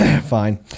Fine